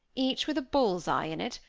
each with a bull's eye in it,